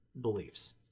beliefs